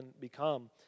become